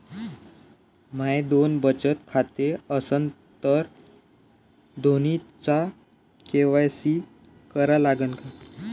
माये दोन बचत खाते असन तर दोन्हीचा के.वाय.सी करा लागन का?